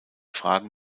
fragen